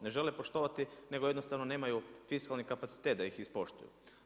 Ne žele poštovati, nego jednostavno nemaju fiskalni kapacitet da ih ispoštuju.